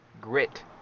Grit